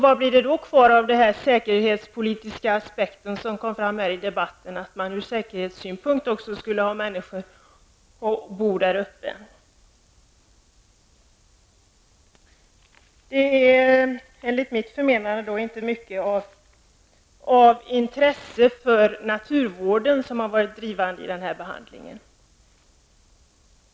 Vad blir det kvar av den säkerhetspolitiska aspekten? Det kom fram här i debatten att människor skulle bo där uppe från säkerhetssynpunkt. Enligt mitt förmenande är det inte av intresse för naturvården som man har drivit den här frågan.